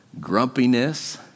grumpiness